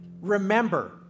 Remember